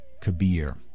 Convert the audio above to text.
Kabir